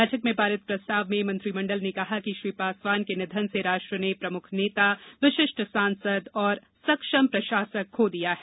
बैठक में पारित प्रस्ताव में मंत्रिमंडल ने कहा कि श्री पासवान के निधन से राष्ट्र ने प्रमुख नेता विशिष्ट सांसद और सक्षम प्रशासक खो दिया है